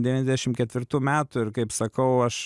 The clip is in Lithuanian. devyniasdešim ketvirtų metų ir kaip sakau aš